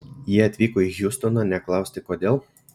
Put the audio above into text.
jie atvyko į hjustoną ne klausti kodėl